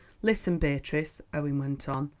listen, beatrice, owen went on,